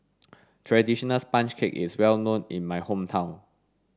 traditional sponge cake is well known in my hometown